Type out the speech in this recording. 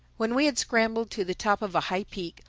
when we had scrambled to the top of a high peak,